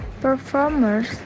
performers